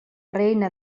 reina